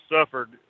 suffered